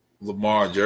Lamar